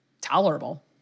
tolerable